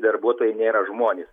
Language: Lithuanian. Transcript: darbuotojai nėra žmonės